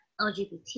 lgbt